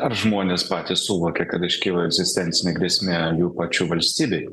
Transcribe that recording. ar žmonės patys suvokia kad iškilo egzistencinė grėsmė jų pačių valstybėj